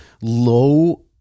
low